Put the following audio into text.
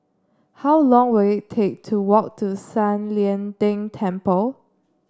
how long will it take to walk to San Lian Deng Temple